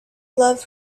love